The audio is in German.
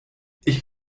ich